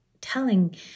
telling